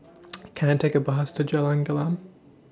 Can I Take A Bus to Jalan Gelam